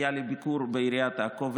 היה לי ביקור בעיריית עכו,